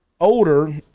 Older